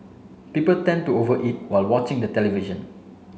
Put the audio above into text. people tend to over eat while watching the television